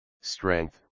strength